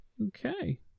okay